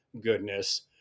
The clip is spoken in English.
goodness